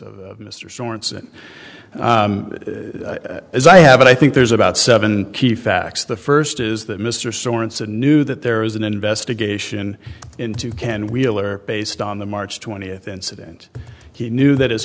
of mr sorenson as i have it i think there's about seven key facts the first is that mr sorenson knew that there is an investigation into can wheeler based on the march twentieth incident he knew that as